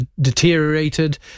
deteriorated